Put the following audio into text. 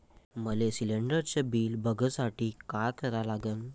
मले शिलिंडरचं बिल बघसाठी का करा लागन?